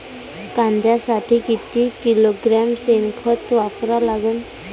कांद्यासाठी किती किलोग्रॅम शेनखत वापरा लागन?